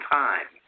time